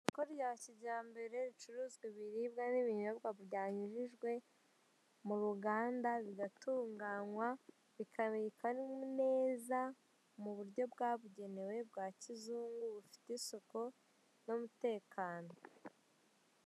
Isoko rya kijyambere ricuruzwa ibiribwa n'ibinyobwa byanyujijwe mu ruganda bigatunganywa, bikabika neza mu buryo bwabugenewe bwa kizungu bufite isuku n'umutekano.